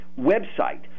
website